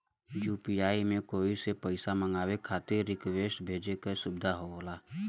UPI में कोई से पइसा मंगवाये खातिर रिक्वेस्ट भेजे क सुविधा होला